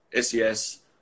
SES